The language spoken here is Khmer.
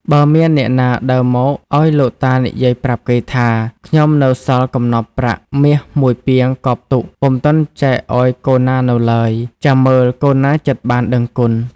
បើមានអ្នកណាដើរមកឱ្យលោកតានិយាយប្រាប់គេថា ខ្ញុំនៅសល់កំណប់ប្រាក់ មាស១ ពាងកប់ទុក ពុំទាន់ចែកឱ្យកូនណានៅឡើយ ចាំមើលកូនណាចិត្តបានដឹងគុណ។